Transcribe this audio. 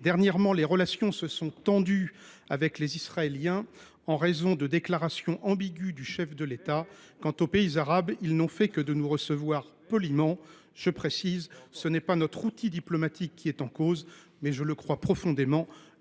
Dernièrement, les relations se sont tendues avec les Israéliens, en raison de déclarations ambiguës du chef de l’État. Quant aux pays arabes, ils n’ont fait que nous recevoir poliment. Selon moi, ce n’est pas notre outil diplomatique qui est en cause, mais